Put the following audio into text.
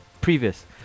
previous